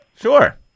Sure